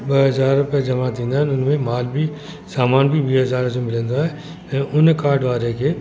ॿ हज़ार रुपिया जमा थींदा आहिनि उन में माल बि सामान बि ॿी हज़ार जो मिलंदो आहे ऐं उन कार्ड वारे खे